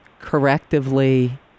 correctively